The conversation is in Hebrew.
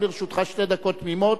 גם לרשותך שתי דקות תמימות,